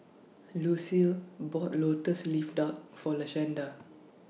Lucile bought Lotus Leaf Duck For Lashanda